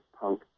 punk